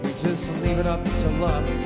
leave it up to luck,